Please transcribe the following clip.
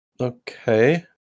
Okay